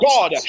God